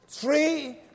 Three